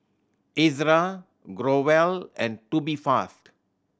Ezerra Growell and Tubifast